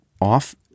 off